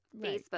Facebook